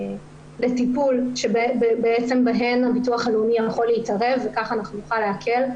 לטיפול שבעצם בהן הביטוח הלאומי יכול להתערב וכך נוכל להקל.